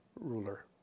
ruler